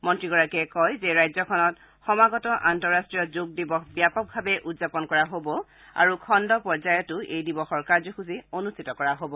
মন্ত্ৰীগৰাকীয়ে কয় যে ৰাজ্যখনত সমাগত আন্তঃৰাষ্ট্ৰীয় যোগ দিৱস ব্যাপকভাৱে উদযাপন কৰা হ'ব আৰু খণ্ড পৰ্যায়ৰ সমূহতো এই দিৱসৰ কাৰ্যসূচী অনুষ্ঠিত কৰা হ'ব